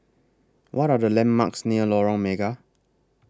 What Are The landmarks near Lorong Mega